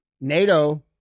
NATO